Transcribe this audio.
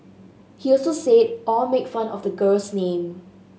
he also said Au made fun of the girl's name